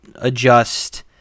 adjust